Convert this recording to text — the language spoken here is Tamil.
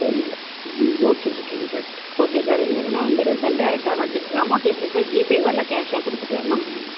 சரிங்க சார் ம் ஓகே ஓகேங்க சார் ஓகே சார் எங்களுக்கு நான் வந்துடறேன் சார் டேரெக்ட்டா நான் இது அமௌண்ட் எப்படி சார் ஜிபேவா இல்லை கேஷாக கொடுத்துக்கலாமா